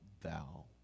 thou